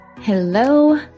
Hello